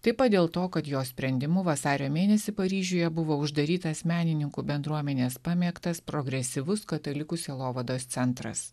taip pat dėl to kad jo sprendimu vasario mėnesį paryžiuje buvo uždarytas menininkų bendruomenės pamėgtas progresyvus katalikų sielovados centras